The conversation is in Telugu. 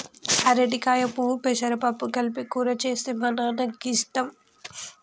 అరటికాయ పువ్వు పెసరపప్పు కలిపి కూర చేస్తే మా నాన్నకి ఇష్టం